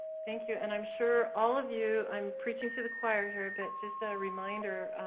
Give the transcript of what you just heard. thank you and i'm sure all of you, i'm preaching to the choir here, but just a reminder,